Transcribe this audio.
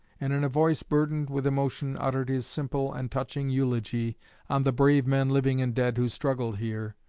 and in a voice burdened with emotion uttered his simple and touching eulogy on the brave men, living and dead, who struggled here,